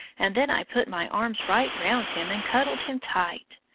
and then i put my arms right round him and cuddled him tight.